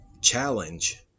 challenge